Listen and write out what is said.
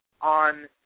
on